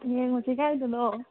ꯌꯦꯡꯉꯨꯁꯤ ꯀꯥꯏꯗꯅꯣ